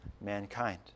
mankind